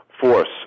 force